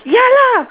ya lah